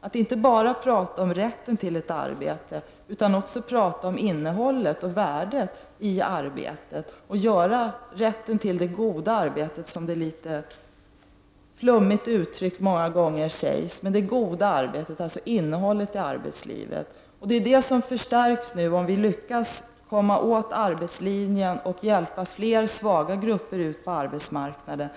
att inte bara tala om rätten till ett arbete, utan också tala om innehållet och värdet i arbetet och rätten till det goda arbetet, som man många gånger litet vagt uttrycker det. Det är den rätten som förstärks om vi lyckas driva arbetslinjen och hjälpa fler svaga grupper ut på arbetsmarknaden.